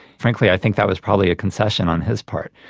frankly i think that was probably a concession on his part.